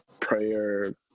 prayer